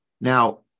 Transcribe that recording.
Now